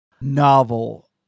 novel